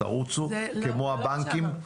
תרוצו כמו הבנקים?